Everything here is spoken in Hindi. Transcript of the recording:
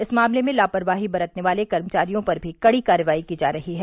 इस मामले में लापरवाही बरतने वाले कर्मचारियों पर भी कड़ी कार्रवाई की जा रही है